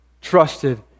trusted